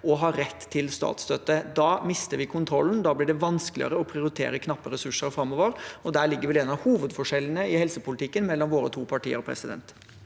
og ha rett til statsstøtte. Da mister vi kontrollen, da blir det vanskeligere å prioritere knappe ressurser framover, og der ligger vel en av hovedforskjellene i helsepolitikken mellom våre to partier. Tone